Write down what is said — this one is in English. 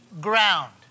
ground